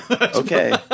Okay